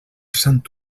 sant